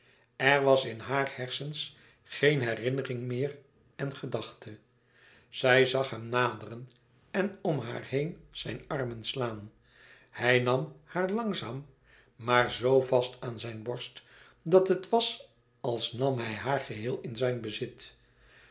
er was in haar hersens geen herinnering meer en gedachte zij zag hem naderen en om haar heen zijn armen slaan hij nam haar langzaam maar zoo vast aan zijn borst dat het was als nam hij haar geheel in zijn bezit